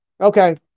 Okay